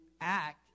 act